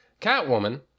Catwoman